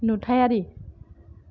नुथायारि